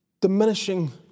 diminishing